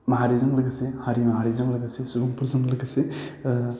माहारिजों लोगोसे हारि माहारिजों लोगोसे सुबुंफोरजों लोगोसे